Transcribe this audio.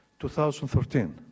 2013